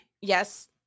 Yes